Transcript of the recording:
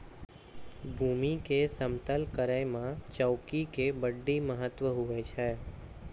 भूमी के समतल करै मे चौकी के बड्डी महत्व हुवै छै